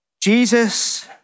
Jesus